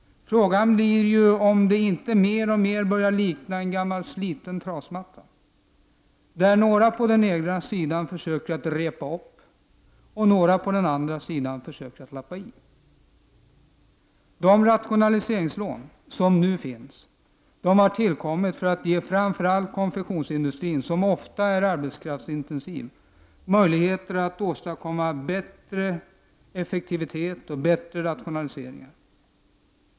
Frågan är om väven inte mer och mer börjar likna en gammal sliten trasmatta, som några på den ena sidan försöker repa upp och några på den andra sidan försöker lappa i. De rationaliseringslån som nu finns har tillkommit för att ge framför allt konfektionsindustrin, som ofta är arbetskraftsintensiv, möjlighet att åstadkomma bättre effektivitet och bättre rationaliseringar.